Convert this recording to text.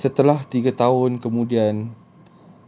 ya nanti setelah tiga tahun kemudian